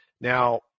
Now